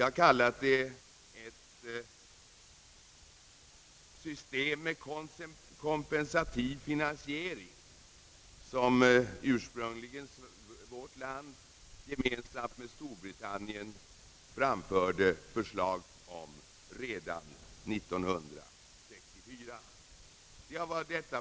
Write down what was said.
Det var redan 1964 som vårt land gemensamt med Storbritannien föreslog detta system med kompensativ finansiering.